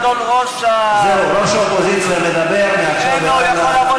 ראש האופוזיציה מדבר מעכשיו והלאה.